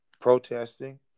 protesting